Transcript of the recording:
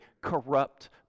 corrupt